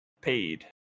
paid